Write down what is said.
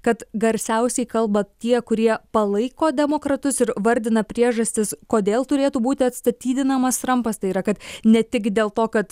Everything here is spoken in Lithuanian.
kad garsiausiai kalba tie kurie palaiko demokratus ir vardina priežastis kodėl turėtų būti atstatydinamas trampas tai yra kad ne tik dėl to kad